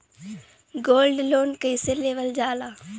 Gold loan कईसे लेवल जा ला?